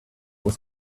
was